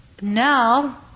now